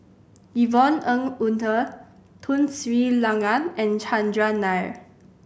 Yvonne Ng Uhde Tun Sri Lanang and Chandran Nair